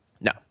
No